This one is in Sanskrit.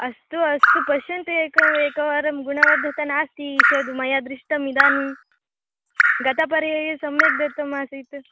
अस्तु अस्तु पश्यन्तु एकम् एकवारं गुणबद्धता नास्ति ईषद् मया दृष्टम् इदानीं गतपर्याये सम्यक् दत्तम् आसीत्